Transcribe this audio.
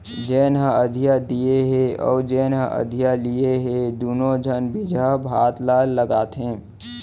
जेन ह अधिया दिये हे अउ जेन ह अधिया लिये हे दुनों झन बिजहा भात ल लगाथें